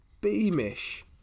Beamish